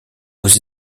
aux